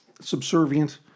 subservient